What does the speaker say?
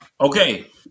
Okay